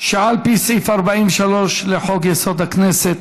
שעל פי סעיף 43 לחוק-יסוד: הכנסת,